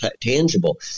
tangible